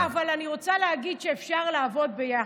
נכון, אבל אני רוצה להגיד שאפשר לעבוד ביחד,